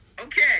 Okay